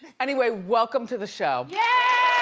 anyway, welcome to the show. yeah!